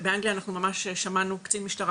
באנגליה אנחנו ממש שמענו קצין משטרה